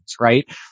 right